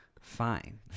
Fine